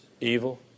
evil